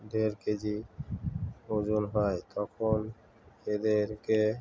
দেড় K G ওজন হয় তখন এদেরকে